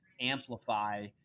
amplify